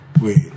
Wait